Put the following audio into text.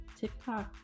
TikTok